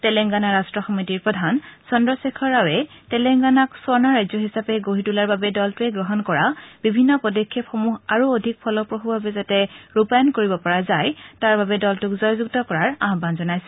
তেলেংগানা ৰাষ্ট সমিতিৰ প্ৰধান চন্দ্ৰশেখৰ ৰাওবে তেলেংগানাক স্বৰ্ণ ৰাজ্য হিচাপে গঢ়ি তোলাৰ বাবে দলটোৱে গ্ৰহণ কৰা বিভিন্ন পদক্ষেপসমূহ আৰু অধিক ফলপ্ৰসূভাৱে যাতে ৰূপায়ণ কৰিব পৰা যায তাৰবাবে দলটোক জয়যুক্ত কৰাৰ আহান জনাইছে